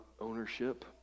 ownership